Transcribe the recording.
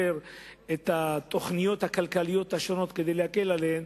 את התוכניות הכלכליות השונות כדי להקל עליהם,